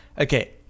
Okay